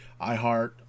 iHeart